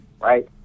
right